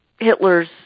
Hitler's